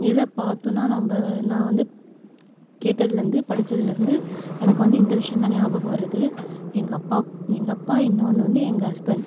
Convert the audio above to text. இதில் பார்த்தோனா நம்ம நான் வந்து கேட்டதிலேந்து படிச்சதிலேந்து எனக்கு வந்து இந்த விஷயோந்தான் நியாபகம் வருது எங்கள் அப்பாவுக்கு எங்கள் அப்பா இன்னொன்று வந்து எங்கள் ஹஸ்பண்ட்